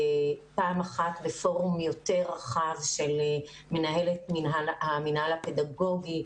פעם אחת בפורום יותר רחב של מנהלת המנהל הפדגוגי,